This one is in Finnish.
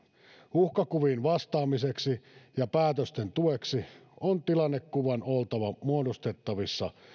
uhkakuviin vastaamiseksi ja päätösten tueksi on tilannekuvan oltava muodostettavissa